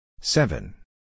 Seven